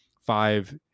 five